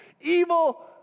evil